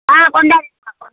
ஆ கொண்டார்றேன்